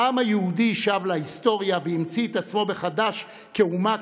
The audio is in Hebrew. העם היהודי שב להיסטוריה והמציא את עצמו מחדש כאומה,